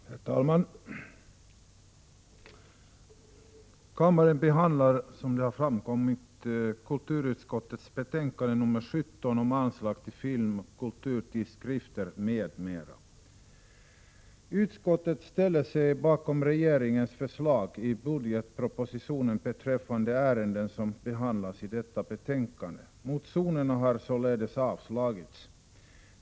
Herr talman! Kammaren behandlar, som här har framkommit, kulturutskottets betänkande 17 om anslag till film och kulturtidskrifter m.m. Utskottet ställer sig bakom regeringens förslag i budgetpropositionen beträffande ärenden som behandlas i detta betänkande. Motionerna har således avstyrkts.